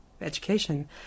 education